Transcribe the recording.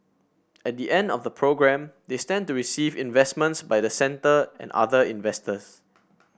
at the end of the programme they stand to receive investments by the centre and other investors